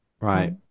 Right